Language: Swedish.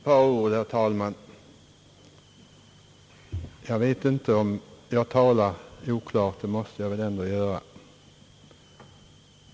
Herr talman! Jag vet inte om jag talar oklart — det måste jag väl ändå göra.